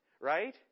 Right